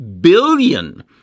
billion